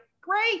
great